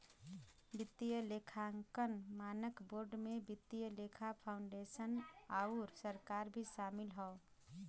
वित्तीय लेखांकन मानक बोर्ड में वित्तीय लेखा फाउंडेशन आउर सरकार भी शामिल हौ